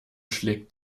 schlägt